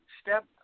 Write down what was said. step